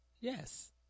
yes